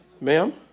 Ma'am